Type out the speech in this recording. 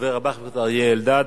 הדובר הבא, חבר הכנסת אריה אלדד,